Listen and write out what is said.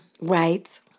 Right